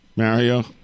Mario